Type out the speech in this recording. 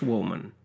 Woman